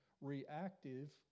reactive